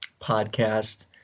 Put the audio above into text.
podcast